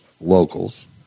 locals